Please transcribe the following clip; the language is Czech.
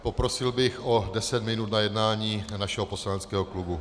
Poprosil bych o deset minut na jednání našeho poslaneckého klubu.